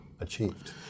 achieved